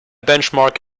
benchmark